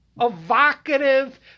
evocative